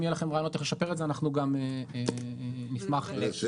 יהיו לכם רעיונות איך לשפר את זה אנחנו נשמח לשמוע.